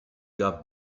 gab